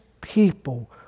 people